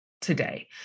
today